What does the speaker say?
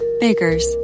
Baker's